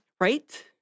Right